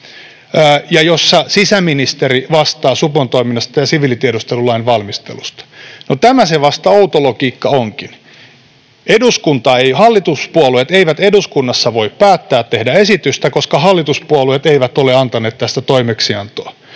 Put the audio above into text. jossa sisäministeri vastaa supon toiminnasta ja siviilitiedustelulain valmistelusta. No tämä se vasta outo logiikka onkin. Hallituspuolueet eivät eduskunnassa voi päättää tehdä esitystä, koska hallituspuolueet eivät ole antaneet tästä toimeksiantoa.